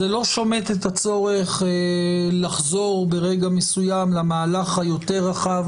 זה לא שומט את הצורך לחזור ברגע מסוים למהלך היותר רחב.